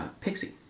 pixie